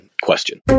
question